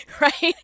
right